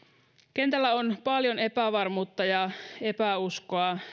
kentällä on paljon epävarmuutta ja epäuskoa